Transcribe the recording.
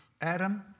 Adam